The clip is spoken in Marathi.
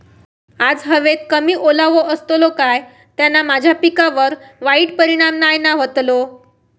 आज हवेत कमी ओलावो असतलो काय त्याना माझ्या पिकावर वाईट परिणाम नाय ना व्हतलो?